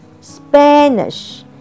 Spanish